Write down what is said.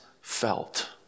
felt